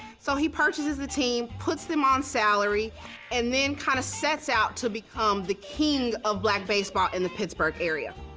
so he purchases the team, puts them on salary and then kinda kind of sets out to become the king of black baseball in the pittsburgh area.